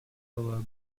villa